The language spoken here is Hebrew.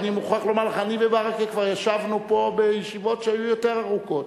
אני מוכרח לומר לך שאני וברכה כבר ישבנו פה בישיבות שהיו יותר ארוכות.